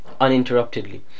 uninterruptedly